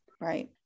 Right